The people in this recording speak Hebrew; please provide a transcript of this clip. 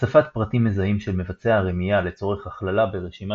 הצפת פרטים מזהים של מבצע הרמיה לצורך הכללה ברשימה